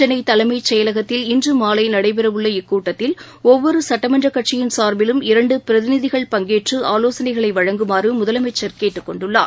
சென்னைைச் செயலகத்தில் இன்றுமாலைநடைபெறவுள்ள இக்கூட்டக்கில் ஒவ்வொருசட்டமன்றகட்சியின் சார்பிலும் இரண்டுபிரதிநிதிகள் பங்கேற்றுஆலோசனைகளைவழங்குமாறுமுதலனமச்சர் கேட்டுக் கொண்டுள்ளார்